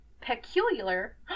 peculiar